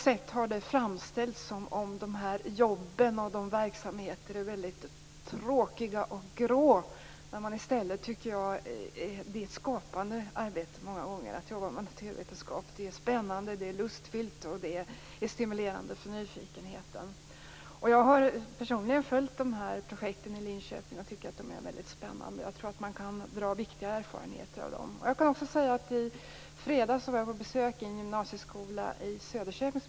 Det har framställts som om de här jobben och verksamheterna är väldigt tråkiga och gråa, medan det i stället många gånger är fråga om ett skapande arbete. Naturvetenskap är spännande, lustfyllt och stimulerande för nyfikenheten. Jag har personligen följt projekten i Linköping och tycker att de är väldigt spännande. Jag tror att man kan dra viktiga erfarenheter av dem. Jag var i fredags på besök på Nyströmska skolan, en gymnasieskola i Söderköping.